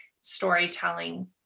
storytelling